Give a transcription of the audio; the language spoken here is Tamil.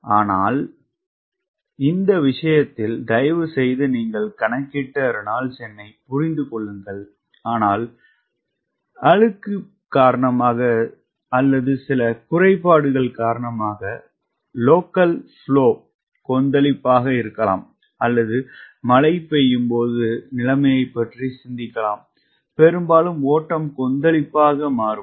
ஆனால் இந்த விஷயத்தில் தயவுசெய்து நீங்கள் கணக்கிட்ட ரெனால்ட்ஸ் எண்ணைப் புரிந்து கொள்ளுங்கள் ஆனால் அழுக்கு காரணமாக அல்லது சில குறைபாடுகள் காரணமாக லோக்கல் ஓட்டம் கொந்தளிப்பாக இருக்கலாம் அல்லது மழை பெய்யும்போது நிலைமையைப் பற்றி சிந்திக்கலாம் பெரும்பாலும் ஓட்டம் கொந்தளிப்பாக மாறும்